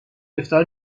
افطار